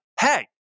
hey